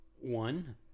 one